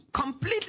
completely